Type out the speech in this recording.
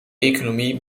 economie